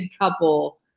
couple